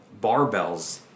barbells